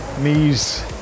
knees